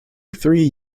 three